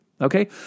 Okay